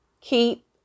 Keep